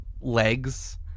legs